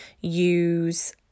use